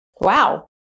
Wow